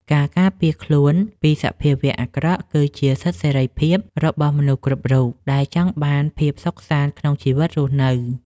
ការការពារខ្លួនពីសភាវៈអាក្រក់គឺជាសិទ្ធិសេរីភាពរបស់មនុស្សគ្រប់រូបដែលចង់បានភាពសុខសាន្តក្នុងជីវិតរស់នៅ។